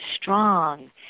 strong